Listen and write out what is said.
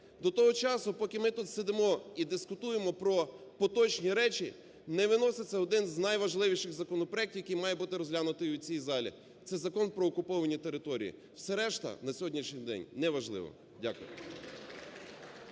До того часу, поки ми тут сидимо і дискутуємо про поточні речі, не виноситься один з найважливіших законопроектів, який має бути розглянутий у цій залі – це закон про окуповані території. Все решта на сьогоднішній день неважливо. Дякую.